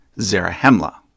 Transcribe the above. Zarahemla